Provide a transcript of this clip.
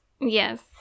yes